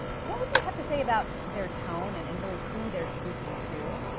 what would you have to say about their tone, and and really who they are speaking to?